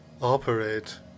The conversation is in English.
operate